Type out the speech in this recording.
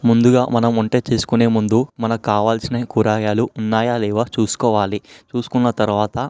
ముందుగా మనం వంట చేసుకునే ముందు మనకు కావాల్సినవి కూరగాయలు ఉన్నాయా లేవా చూసుకోవాలి చూసుకున్న తర్వాత